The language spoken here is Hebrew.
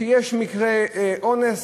כשיש מקרה אונס,